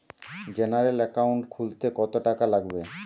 General account খুলতে কত টাকা লাগবে?